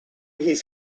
his